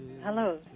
Hello